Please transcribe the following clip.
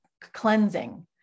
cleansing